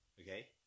Okay